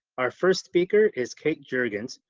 our first speaker is kate juergens,